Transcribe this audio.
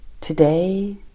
Today